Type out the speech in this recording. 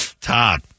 Todd